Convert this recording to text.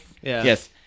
Yes